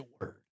word